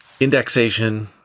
indexation